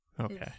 Okay